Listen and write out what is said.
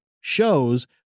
shows